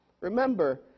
Remember